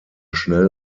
schnell